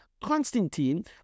Constantine